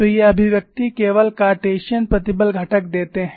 तो ये अभिव्यक्ति केवल कार्टेशियन प्रतिबल घटक देते हैं